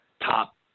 top